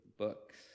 books